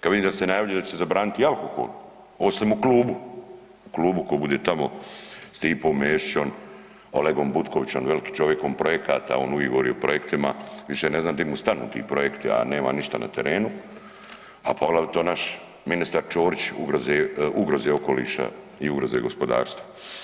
kad vidim da se najavljuju da će se zabraniti alkohol osim u klubu, u klubu ko bude tamo sa Stipom Mesićom, Olegom Butkovićem, velikim čovjekom projekata, on uvijek govori o projektima, više ne znam di mu stanu ti projekti a nema ništa na terenu, a poglavito naš ministar Čorić, ugroze okoliša i ugroze gospodarstva.